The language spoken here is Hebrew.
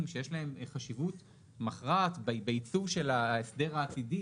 שיש להם חשיבות מכרעת בעיצוב של ההסדר העתידי,